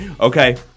Okay